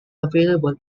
available